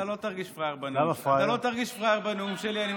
אתה לא תרגיש פראייר בנאום שלי.